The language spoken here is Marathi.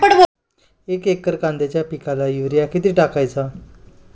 एक एकर कांद्याच्या पिकाला युरिया किती टाकायचा?